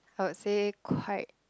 I would quite